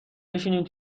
بشنیم